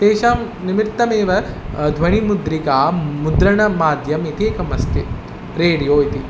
तेषां निमित्तमेव ध्वनिमुद्रिका मुद्रणमाध्यमम् इति एकम् अस्ति रेडियो इति